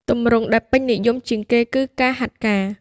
ទម្រង់ដែលពេញនិយមជាងគេគឺ ការហាត់ការ។